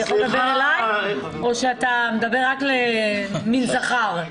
אתה יכול לדבר אלי או שאתה מדבר רק למין זכר?